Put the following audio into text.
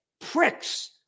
pricks